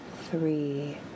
three